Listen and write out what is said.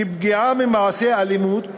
כ"פגיעה ממעשה אלימות